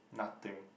nothing